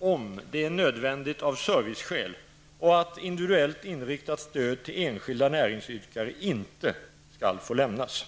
om det är nödvändigt av serviceskäl och att individuellt inriktat stöd till enskilda näringsidkare inte skall få lämnas.